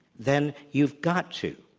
then you've got to,